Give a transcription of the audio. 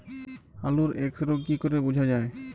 আলুর এক্সরোগ কি করে বোঝা যায়?